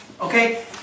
Okay